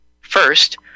First